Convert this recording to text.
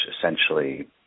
essentially